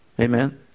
Amen